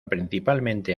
principalmente